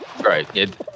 right